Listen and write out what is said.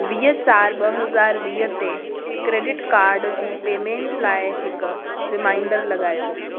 वीह चारि ॿ हज़ार वीह ते क्रेडिट कार्ड जी पेमेंट लाइ हिक रिमाइंडर लॻायो